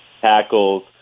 tackles